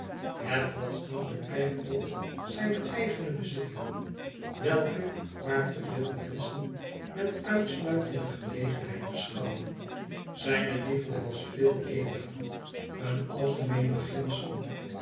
het was niet beperkt tot zijne eigene bezittingen welke maar te veel menschen met uitsluitende genegenheid beschouwen zijne liefde was veel edeler een algemeen beginsel